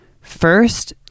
first